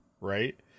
right